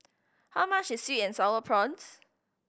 how much is sweet and Sour Prawns